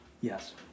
yes